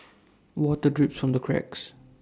water drips from the cracks